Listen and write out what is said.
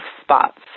spots